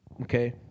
okay